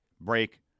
break